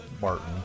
martin